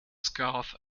scarf